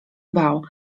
bał